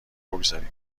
بگذاریم